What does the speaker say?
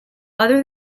other